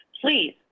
Please